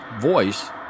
voice